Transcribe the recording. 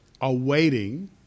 awaiting